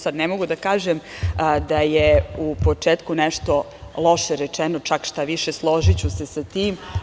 Sada ne mogu da kažem da je u početku nešto loše rečeno, štaviše složiću se s tim.